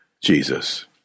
Jesus